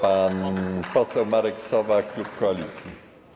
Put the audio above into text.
Pan poseł Marek Sowa, klub Koalicji.